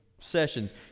sessions